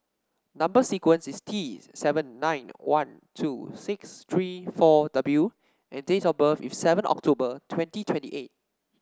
number sequence is T seven nine one two six three four W and date of birth is seven October twenty twenty eight